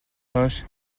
хойш